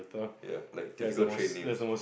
ya like typical train names